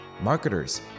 marketers